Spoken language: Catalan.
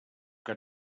que